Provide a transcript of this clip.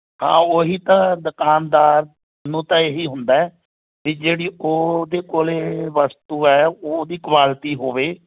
ਹਾਂ ਉਹੀ ਤਾਂ ਦੁਕਾਨਦਾਰ ਨੂੰ ਤਾਂ ਇਹ ਹੀ ਹੁੰਦਾ ਵੀ ਜਿਹੜੀ ਉਹਦੇ ਕੋਲ ਵਸਤੂ ਹੈ ਉਹ ਉਹਦੀ ਕੁਆਲਿਟੀ ਹੋਵੇ